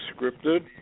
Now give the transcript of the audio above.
scripted